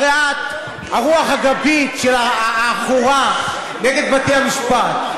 הרי הרוח הגבית העכורה נגד בתי-המשפט,